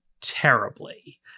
terribly